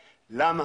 בשאלות: למה,